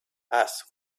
asked